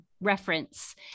reference